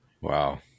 Wow